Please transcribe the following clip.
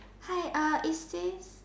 hi is this